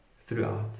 throughout